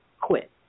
quit